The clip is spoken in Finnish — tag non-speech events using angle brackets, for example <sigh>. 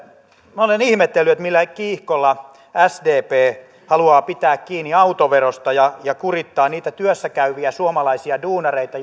minä olen ihmetellyt millä kiihkolla sdp haluaa pitää kiinni autoverosta ja ja kurittaa niitä työssä käyviä suomalaisia duunareita <unintelligible>